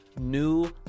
new